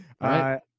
right